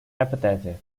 apathetic